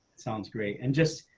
sounds great. and just.